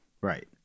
Right